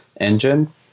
engine